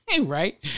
right